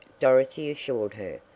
dorothy assured her,